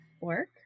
work